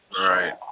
Right